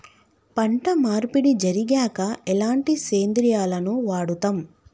పంట మార్పిడి జరిగాక ఎలాంటి సేంద్రియాలను వాడుతం?